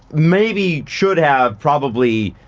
maybe, should have, probably,